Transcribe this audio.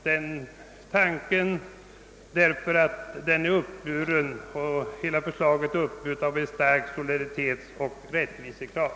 Denna reform är angelägen och förslaget är uppburet av starka solidaritetsoch rättvisekrav.